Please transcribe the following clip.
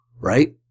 right